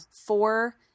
four